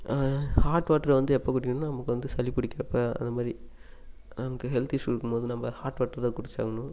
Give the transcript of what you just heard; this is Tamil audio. ஹாட் வாட்டரை வந்து எப்போ குடிக்கணுன்னால் நமக்கு வந்து சளி பிடிக்கிறப்ப அது மாதிரி அந்த ஹெல்த் இஷ்யூ இருக்கும்போது நம்ம ஹாட் வாட்டர் தான் குடிச்சாகணும்